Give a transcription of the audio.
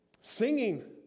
Singing